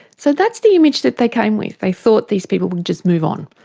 so that's the image that they came with. they thought these people would just move on,